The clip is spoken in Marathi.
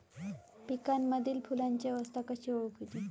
पिकांमदिल फुलांची अवस्था कशी ओळखुची?